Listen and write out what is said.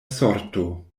sorto